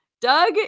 Doug